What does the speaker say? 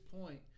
point